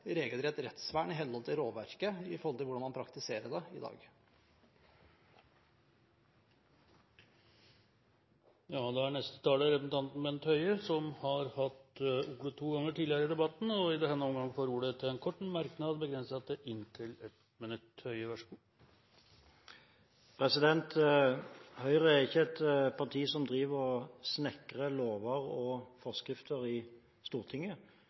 regelrett rettsvern i henhold til lovverket ut fra hvordan man praktiserer det i dag. Bent Høie har hatt ordet to ganger og får ordet til en kort merknad, begrenset til 1 minutt. Høyre er ikke et parti som driver og snekrer lover og forskrifter i Stortinget.